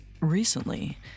Recently